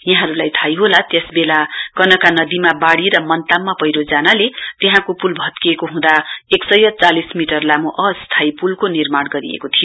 यहाँहरूलाई थाहै होला यसबेला कनका नदीमा वाडी र मन्ताममा पैह्रो जानाले त्यहाँको पुल भत्किएको हुँदा एक सय चालिस मिटर लामो अस्थायी पुलको निर्माण गरिएको थियो